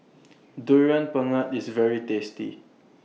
Durian Pengat IS very tasty